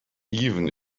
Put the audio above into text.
even